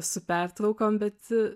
su pertraukom bet